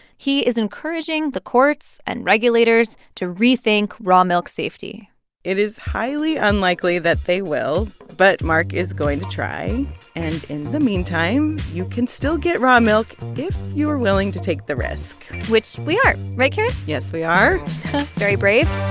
he is encouraging the courts and regulators to rethink raw milk safety it is highly unlikely that they will, but mark is going to try. and in the meantime, you can still get raw milk if you are willing to take the risk which we are, right, karen? yes, we are very brave